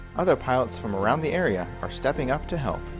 other pilots from around the area are stepping up to help.